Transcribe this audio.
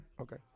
Okay